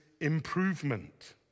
improvement